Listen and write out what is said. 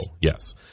yes